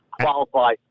qualify